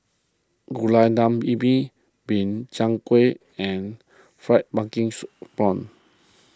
Gulai Daun Ubi Min Chiang Kueh and Fried Pumpkins Prawns